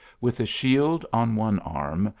with a shield on one arm,